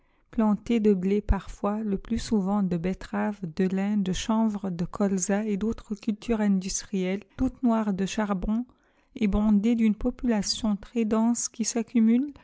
plantées de blé parfois le plus souvent de betteraves de lin de chanvre de colza et d'autres cultures industrielles toutes noires de charbon et bondées d'une population très dense qui s'accumule